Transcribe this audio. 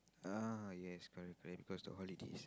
ah yes correct correct cause the holidays